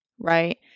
Right